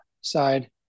side